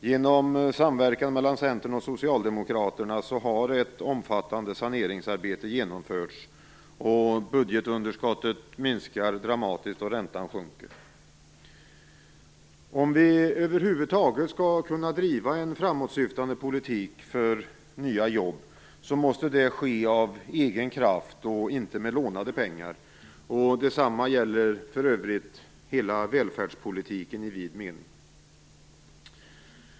Genom samverkan mellan Centern och Socialdemokraterna har ett omfattande saneringsarbete genomförts. Budgetunderskottet minskar dramatiskt, och räntan sjunker. Om vi över huvud taget skall kunna driva en framåtsyftande politik för nya jobb, måste det ske av egen kraft och inte med lånade pengar. Detsamma gäller för övrigt hela välfärdspolitiken i vid mening.